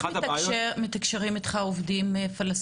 איך מתקשרים אתך עובדים פלסטיניים?